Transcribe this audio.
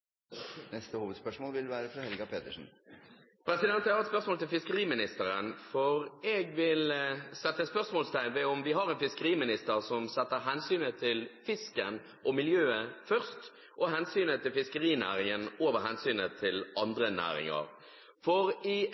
neste hovedspørsmål. Jeg har et spørsmål til fiskeriministeren. Jeg vil sette spørsmålstegn ved om vi har en fiskeriminister som setter hensynet til fisken og miljøet først og hensynet til fiskerinæringen over hensynet til andre næringer, for i